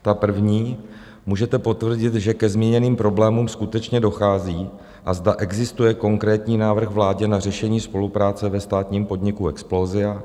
Ta první: Můžete potvrdit, že ke zmíněným problémům skutečně dochází, a zda existuje konkrétní návrh vládě na řešení spolupráce ve státním podniku Explosia?